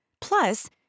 Plus